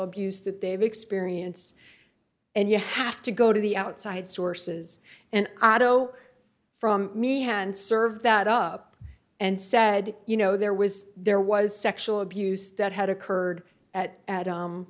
abuse that they've experienced and you have to go to the outside sources and i don't know from me and serve that up and said you know there was there was sexual abuse that had occurred at